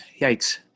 yikes